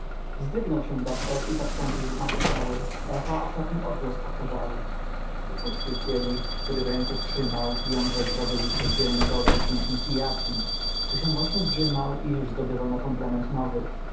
wzdrygnął się doktor i zatrząsł gmach cały echa okropny odgłos powtarzały upuścił kielich który w ręku trzymał pijąc za zdrowie wicesgerentowy piękny hyacynt co się właśnie zżymał i już zdobywał na komplement nowy